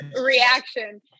reaction